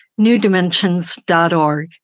newdimensions.org